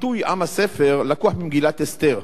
הביטוי "עם הספר" לקוח ממגילת אסתר,